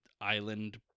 island